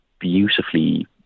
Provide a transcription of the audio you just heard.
beautifully